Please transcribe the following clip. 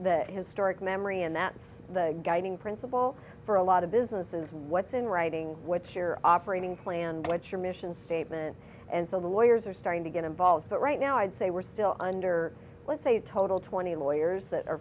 that's historic memory and that's the guiding principle for a lot of businesses what's in writing what's your operating plan and what's your mission statement and so the lawyers are starting to get involved but right now i'd say we're still under let's say total twenty lawyers that are